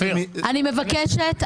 אני מבקשת.